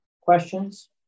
Questions